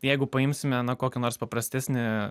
jeigu paimsime kokį nors paprastesnį